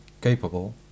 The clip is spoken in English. capable